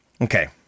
Okay